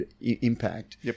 impact